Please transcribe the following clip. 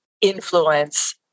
influence